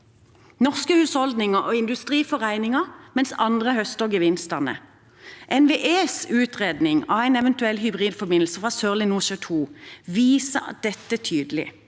Norske husholdninger og industri får regningen, mens andre høster gevinstene. NVEs utredning av en eventuell hybridforbindelse fra Sørlige Nordsjø II viser dette tydelig,